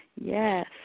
Yes